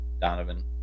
Donovan